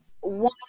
one